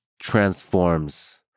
transforms